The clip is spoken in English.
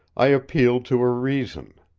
i appealed to her reason.